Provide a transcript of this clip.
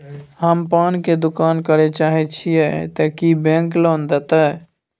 हम पान के दुकान करे चाहे छिये ते की बैंक लोन देतै?